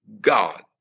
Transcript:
God